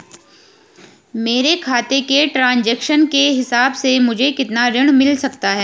मेरे खाते के ट्रान्ज़ैक्शन के हिसाब से मुझे कितना ऋण मिल सकता है?